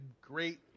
great